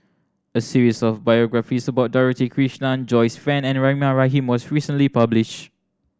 a series of biographies about Dorothy Krishnan Joyce Fan and Rahimah Rahim was recently publish